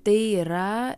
tai yra